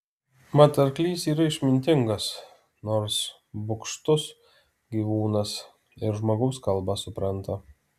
mat arklys yra išmintingas nors bugštus gyvūnas ir žmogaus kalbą supranta